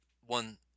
one